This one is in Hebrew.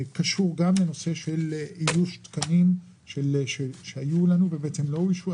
כי יש את נושא איוש התקנים שלא אוישו.